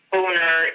owner